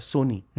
Sony